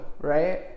right